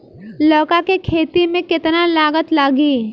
लौका के खेती में केतना लागत लागी?